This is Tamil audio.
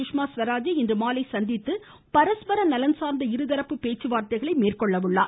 சுஷ்மாஸ்வராஜை இன்று மாலை சந்தித்து பரஸ்பர நலன்சார்ந்த இருதரப்பு பேச்சுவார்த்தைகளை மேற்கொள்கிறார்